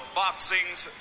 boxing's